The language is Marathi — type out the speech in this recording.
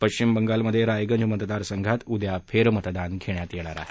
पश्चिम बंगालमधे रायगंज मतदारसंघात उद्या फेरमतदान घेण्यात येणार आहे